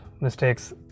mistakes